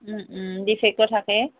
বেছিকৈ থাকে